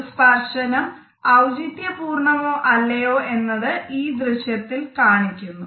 ഒരു സ്പർശനം ഔചിത്യപൂർണമാണോ അല്ലയോ എന്ന് ആ ദൃശ്യത്തിൽ കാണിക്കുന്നു